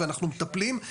ואנחנו מטפלים,